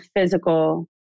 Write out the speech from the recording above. physical